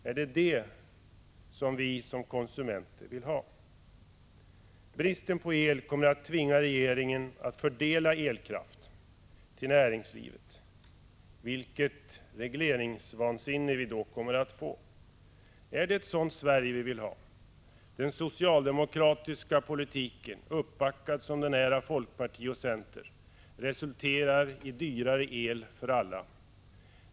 Är det detta som vi som konsumenter vill ha? Bristen på el kommer att tvinga regeringen att fördela elkraft till näringslivet. Vilket regleringsvansinne vi då kommer att få! Är det ett sådant Sverige vi vill ha? Den socialdemokratiska politiken — uppbackad som den är av folkparti och center — resulterar i dyrare el för alla.